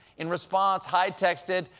in response, hyde texted,